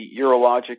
urologic